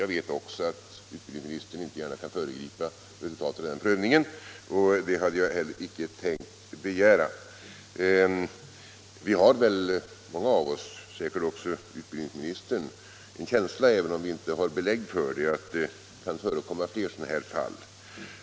Jag vet också att utbildningsministern inte gärna kan föregripa resultatet av den prövningen, och det hade jag heller inte tänkt begära. Många av oss —- säkert också utbildningsministern — har väl en känsla av, även om vi inte har belägg för det, att det kan förekomma fler sådana fall.